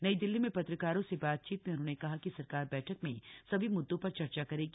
नई दिल्ली में पत्रकारों से बातचीत में उन्होंने कहा कि सरकार बैठक में सभी मुद्दों पर चर्चा करेगी